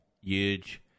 huge